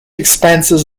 expanses